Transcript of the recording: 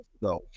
No